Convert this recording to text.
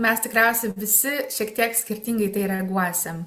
mes tikriausiai visi šiek tiek skirtingai į tai reaguosim